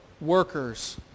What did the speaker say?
workers